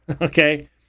Okay